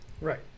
Right